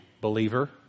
believer